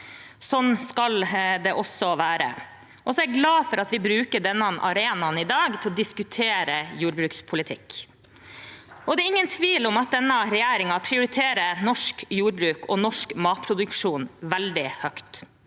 Sånn skal det også være. Jeg er glad for at vi bruker denne arenaen i dag til å diskutere jordbrukspolitikk. Det er ingen tvil om at denne regjeringen prioriterer norsk jordbruk og norsk matproduksjon veldig høyt,